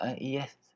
yes